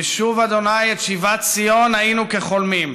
"בשוב ה' את שיבת ציון היינו כחלמים",